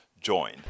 join